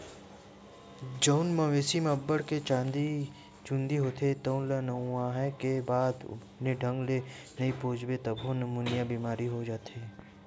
जउन मवेशी म अब्बड़ के चूंदी होथे तउन ल नहुवाए के बाद बने ढंग ले नइ पोछबे तभो निमोनिया बेमारी हो जाथे